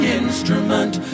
instrument